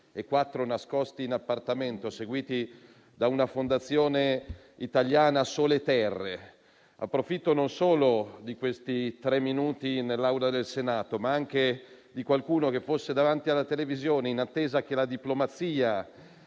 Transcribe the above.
e quattro nascosti in appartamento, seguiti dalla fondazione italiana Soleterre. Approfitto non solo di questi minuti nell'Aula del Senato, ma anche di qualcuno che fosse davanti alla televisione, in attesa che la diplomazia